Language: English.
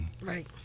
Right